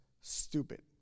stupid